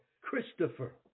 Christopher